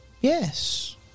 Yes